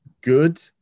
good